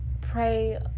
pray